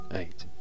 eight